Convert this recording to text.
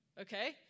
Okay